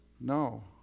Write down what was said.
No